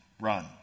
run